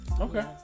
Okay